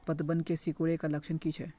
पतबन के सिकुड़ ऐ का लक्षण कीछै?